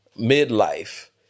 midlife